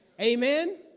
Amen